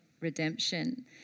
redemption